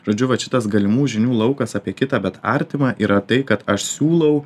žodžiu vat šitas galimų žinių laukas apie kitą bet artimą yra tai kad aš siūlau